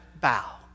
bow